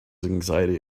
anxiety